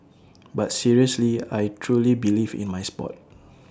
but seriously I truly believe in my Sport